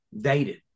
dated